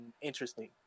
interesting